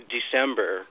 December